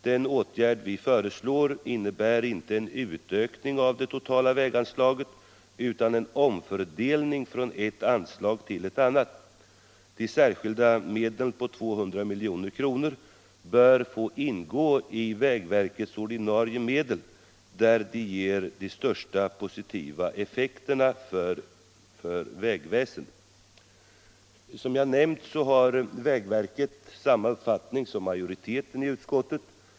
Den åtgärd vi föreslår innebär inte en utökning av det totala väganslaget utan en omfördelning från ett anslag till ett annat. De särskilda medlen på 200 milj.kr. bör få ingå i vägverkets ordinarie medel, där de ger de största positiva effekterna för vägväsendet. Som jag nämnt har vägverket samma uppfattning som majoriteten i utskottet.